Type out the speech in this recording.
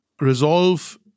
Resolve